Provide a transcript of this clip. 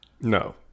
No